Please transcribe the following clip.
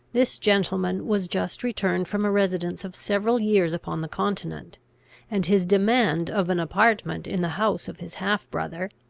this gentleman was just returned from a residence of several years upon the continent and his demand of an apartment in the house of his half-brother,